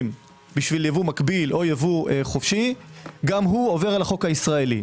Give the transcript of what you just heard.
בשביל ייבוא מקביל או ייבוא חופשי גם הוא עובר על החוק הישראלי.